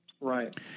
Right